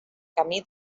camí